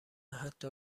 حتی